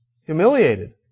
Humiliated